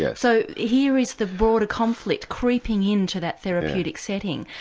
yeah so here is the border conflict creeping into that therapeutic setting.